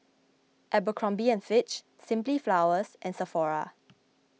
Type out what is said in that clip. Abercrombie and Fitch Simply Flowers and Sephora